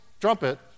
trumpet